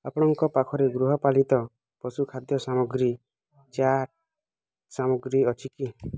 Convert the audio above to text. ଆପଣଙ୍କ ପାଖରେ ଗୃହପାଳିତ ପଶୁ ଖାଦ୍ୟ ସାମଗ୍ରୀ ଚା ସାମଗ୍ରୀ ଅଛି କି